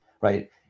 right